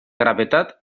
gravetat